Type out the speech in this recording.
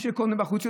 קונה בחוץ,